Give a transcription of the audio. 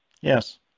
Yes